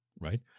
Right